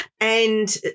And-